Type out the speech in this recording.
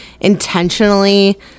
intentionally